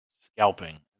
scalping